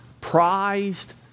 prized